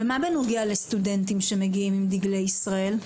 ומה בנוגע לסטודנטים שמגיעים עם דגלי ישראל?